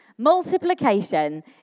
Multiplication